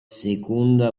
seconda